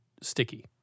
sticky